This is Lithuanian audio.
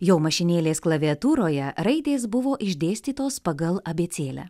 jo mašinėlės klaviatūroje raidės buvo išdėstytos pagal abėcėlę